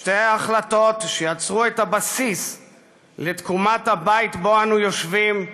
שתי החלטות שיצרו את הבסיס לתקומת הבית שבו אנו יושבים,